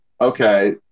okay